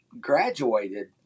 graduated